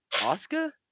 Oscar